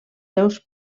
seus